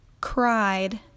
Cried